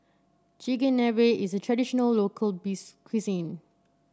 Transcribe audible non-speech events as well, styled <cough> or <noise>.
Chigenabe is a traditional local <unintelligible> cuisine